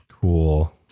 Cool